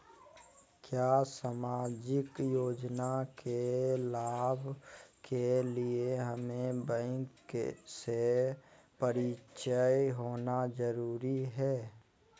क्या सामाजिक योजना के लाभ के लिए हमें बैंक से परिचय होना जरूरी है?